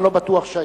אני לא בטוח שהייתי.